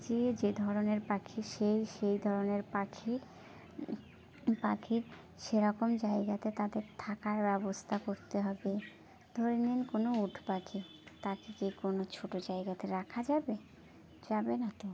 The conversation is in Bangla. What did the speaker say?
যে যেই ধরনের পাখি সে সেই ধরনের পাখি পাখি সে রকম জায়গাতে তাদের থাকার ব্যবস্থা করতে হবে ধরে নিন কোনো উট পাখি তাকে কি কোনো ছোট জায়গাতে রাখা যাবে যাবে না তো